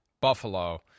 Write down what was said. Buffalo